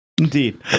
indeed